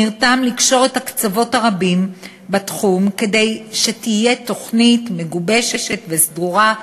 נרתם לקשור את הקצוות הרבים בתחום כדי שתהיה תוכנית מגובשת וסדורה,